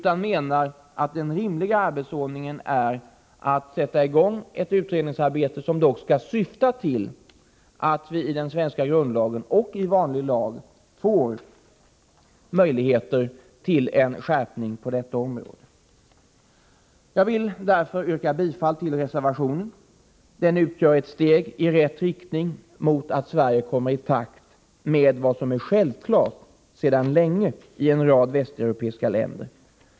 Vi menar att den rimliga arbetsordningen är att först sätta i gång ett utredningsarbete, som dock skall syfta till att ge den svenska grundlagen och vanlig lag en skärpning på detta område. Jag vill yrka bifall till reservationen. Den utgör ett steg i rätt riktning mot att Sverige kommer i takt med vad som är självklart i en rad västeuropeiska länder.